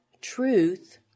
truth